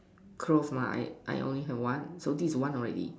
clothe line I only have one so this is one already